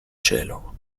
cielo